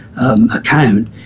Account